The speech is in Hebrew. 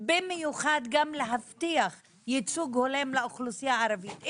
במיוחד גם להבטיח ייצוג הולם לאוכלוסייה הערבית.